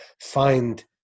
find